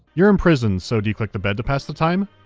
you're imprisoned, so, do you click the bed to pass the time?